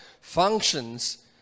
functions